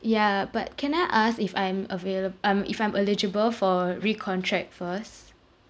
ya but can I ask if I'm availab~ um if I'm eligible for recontract first